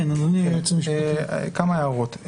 כמה הערות.